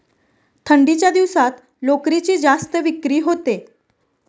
थंडीच्या दिवसात लोकरीची जास्त विक्री होते